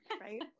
right